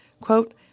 Quote